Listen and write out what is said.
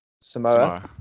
Samoa